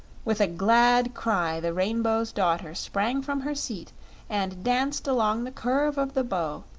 with a glad cry, the rainbow's daughter sprang from her seat and danced along the curve of the bow,